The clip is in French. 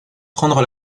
prendre